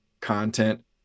content